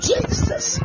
Jesus